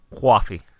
coffee